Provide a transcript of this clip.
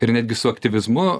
ir netgi su aktyvizmu